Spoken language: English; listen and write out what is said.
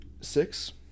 six